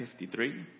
53